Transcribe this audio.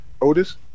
Otis